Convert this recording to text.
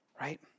right